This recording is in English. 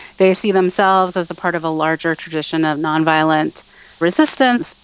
they see themselves as part of a larger tradition of non-violent resistance.